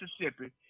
Mississippi